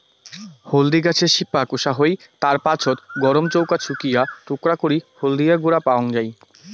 হলদি গছের শিপাক উষা হই, তার পাছত গরম চৌকাত শুকিয়া টুকরা করি হলদিয়া গুঁড়া পাওয়াং যাই